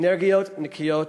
אנרגיות נקיות ובריאות.